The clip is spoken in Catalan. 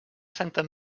santa